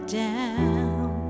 down